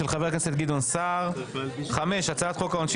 של חה"כ גדעון סער; 5. הצעת חוק העונשין